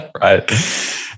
Right